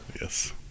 Yes